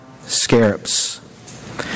scarabs